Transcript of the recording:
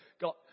got